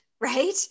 right